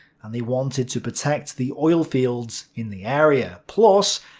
and they wanted to protect the oil fields in the area. plus,